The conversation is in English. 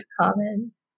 Commons